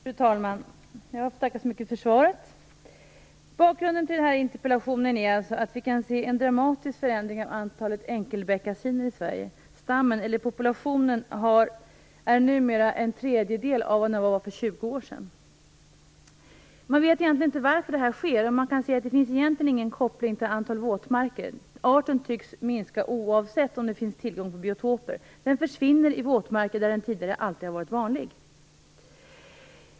Fru talman! Jag får tacka så mycket för svaret. Bakgrunden till den här interpellationen är att vi kan se en dramatisk förändring i antalet enkelbeckasiner i Sverige. Populationen är numera en tredjedel av vad den var för 20 år sedan. Man vet egentligen inte varför det här sker. Vad man kan se finns det egentligen ingen koppling till antalet våtmarker. Arten tycks minska oavsett om det finns tillgång till biotoper. Den försvinner i våtmarker där den tidigare alltid har varit vanlig.